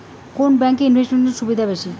কোন ব্যাংক এ ইনভেস্টমেন্ট এর সুবিধা বেশি?